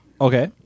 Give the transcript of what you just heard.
Okay